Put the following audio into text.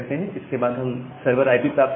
इसके बाद हम सर्वर आईपी प्राप्त करते हैं